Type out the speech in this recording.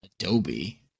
Adobe